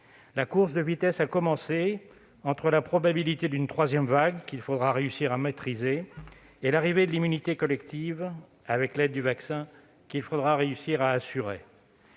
La course de vitesse a commencé, entre la probabilité d'une troisième vague, qu'il faudra réussir à maîtriser, et l'arrivée de l'immunité collective, avec l'aide du vaccin, qu'il faudra réussir à assurer.